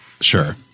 Sure